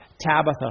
Tabitha